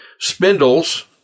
spindles